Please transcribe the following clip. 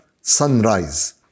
sunrise